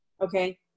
okay